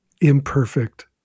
imperfect